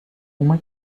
uma